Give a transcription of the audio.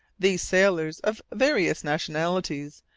these sailors, of various nationalities,